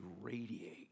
radiate